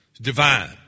Divine